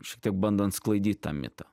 šitaip bandant sklaidyt tą mitą